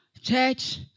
Church